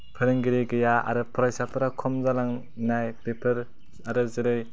फोरोंगिरि गैया आरो फरायसाफोरा खम जालांनाय बेफोर आरो जेरै